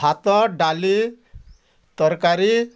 ଭାତ ଡାଲି ତରକାରୀ